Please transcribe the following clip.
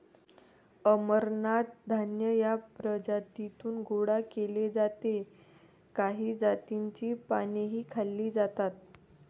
अमरनाथ धान्य या प्रजातीतून गोळा केले जाते काही जातींची पानेही खाल्ली जातात